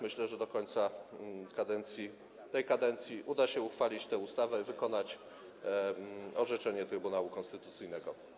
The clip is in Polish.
Myślę, że do końca obecnej kadencji uda się nam uchwalić ustawę i wykonać orzeczenie Trybunału Konstytucyjnego.